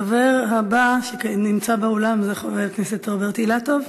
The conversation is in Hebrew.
הדובר הבא שנמצא באולם הוא חבר הכנסת רוברט אילטוב.